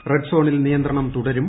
red സോണിൽ നിയന്ത്രണം തുടരും